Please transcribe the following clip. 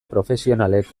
profesionalek